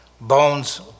bones